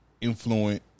influence